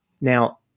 Now